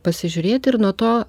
pasižiūrėti ir nuo to